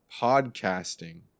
podcasting